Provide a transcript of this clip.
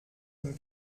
dem